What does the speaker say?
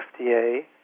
FDA